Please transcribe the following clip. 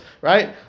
Right